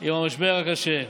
עם המשבר הקשה,